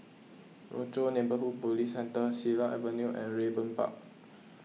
Rochor Neighborhood Police Centre Silat Avenue and Raeburn Park